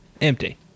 empty